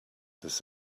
this